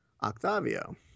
Octavio